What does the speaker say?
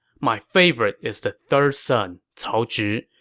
my favorite is the third son, cao zhi,